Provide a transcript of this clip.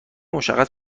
مشخص